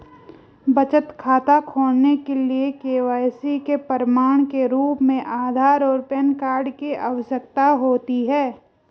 बचत खाता खोलने के लिए के.वाई.सी के प्रमाण के रूप में आधार और पैन कार्ड की आवश्यकता होती है